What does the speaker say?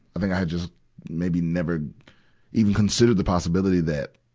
i think i had just maybe never even considered the possibility that,